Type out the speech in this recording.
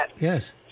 Yes